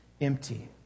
empty